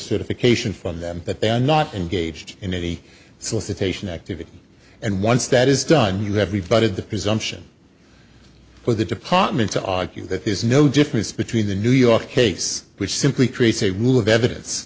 certification from them that they are not engaged in any solicitation activity and once that is done you have reverted the presumption for the department to argue that there's no difference between the new york case which simply creates a rule of evidence